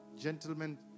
gentlemen